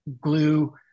glue